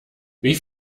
wie